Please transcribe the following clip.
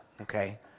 okay